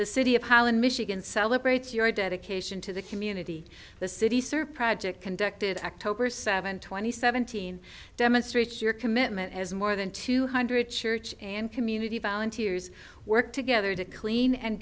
the city of holland michigan celebrates your dedication to the community the city sir project conducted october seventh twenty seventeen demonstrates your commitment as more than two hundred church and community volunteers work together to clean and